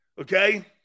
Okay